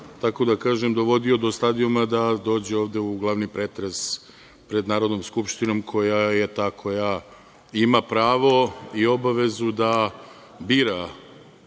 tako da kažem, dovodio do stadijuma da dođe ovde u glavni pretres pred Narodnom skupštinom, koja je ta koja ima pravo i obavezu da bira